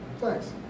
Thanks